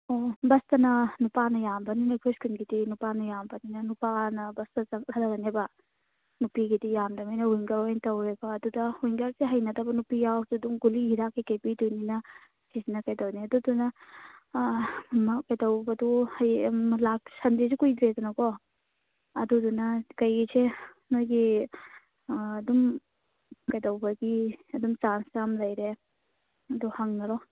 ꯑꯣ ꯕꯁꯇꯅ ꯅꯨꯄꯥꯅ ꯌꯥꯝꯕꯅꯤꯅ ꯑꯩꯈꯣꯏ ꯁ꯭ꯀꯨꯜꯒꯤꯗꯤ ꯅꯨꯄꯥꯅ ꯌꯥꯝꯕꯅꯤꯅ ꯅꯨꯄꯥꯅ ꯕꯁꯇ ꯆꯠꯍꯜꯂꯅꯦꯕ ꯅꯨꯄꯤꯒꯤꯗꯤ ꯌꯥꯝꯗꯝꯅꯤꯅ ꯋꯤꯡꯒꯔ ꯑꯣꯏ ꯇꯧꯔꯦꯀꯣ ꯑꯗꯨꯗ ꯋꯤꯡꯒꯔꯁꯦ ꯍꯩꯅꯗꯕ ꯅꯨꯄꯤ ꯌꯥꯎꯔꯁꯨ ꯑꯗꯨꯝ ꯒꯨꯂꯤ ꯍꯤꯗꯥꯛ ꯀꯩꯀꯩ ꯄꯤꯗꯣꯏꯅꯤꯅ ꯁꯤꯁꯤꯅ ꯀꯩꯗꯧꯅꯤ ꯑꯗꯨꯗꯨꯅ ꯑꯃ ꯀꯩꯗꯧꯕꯗꯨ ꯍꯌꯦꯡꯗꯨ ꯁꯟꯗꯦꯁꯤ ꯀꯨꯏꯗ꯭ꯔꯦꯗꯅꯀꯣ ꯑꯗꯨꯗꯨꯅ ꯀꯩꯁꯦ ꯅꯣꯏꯒꯤ ꯑꯗꯨꯝ ꯀꯩꯗꯧꯕꯒꯤ ꯑꯗꯨꯝ ꯆꯥꯟꯁ ꯌꯥꯝ ꯂꯩꯔꯦ ꯑꯗꯨ ꯍꯪꯅꯔꯣ